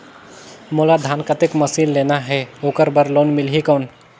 मोला धान कतेक मशीन लेना हे ओकर बार लोन मिलही कौन?